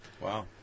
Wow